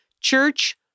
church